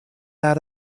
out